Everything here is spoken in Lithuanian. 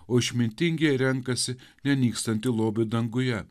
o išmintingieji renkasi nenykstantį lobį danguje